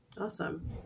Awesome